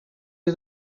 you